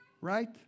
Right